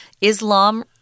Islam